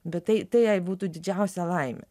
bet tai tai jai būtų didžiausia laimė